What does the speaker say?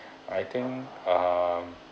I think um